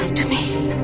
to me.